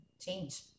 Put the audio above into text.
change